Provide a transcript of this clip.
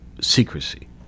secrecy